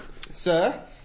sir